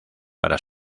para